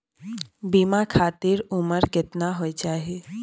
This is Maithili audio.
बीमा खातिर उमर केतना होय चाही?